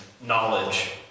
knowledge